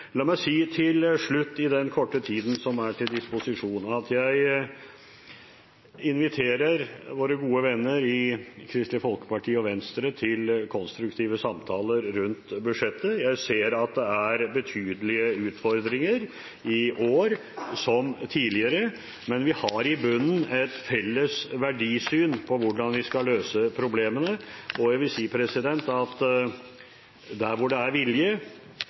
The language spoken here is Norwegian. La meg si til slutt på den korte tiden som er til disposisjon, at jeg inviterer våre gode venner i Kristelig Folkeparti og Venstre til konstruktive samtaler rundt budsjettet. Jeg ser at det er betydelige utfordringer i år som tidligere, men vi har i bunnen et felles verdisyn på hvordan vi skal løse problemene, og jeg vil si at der det er vilje,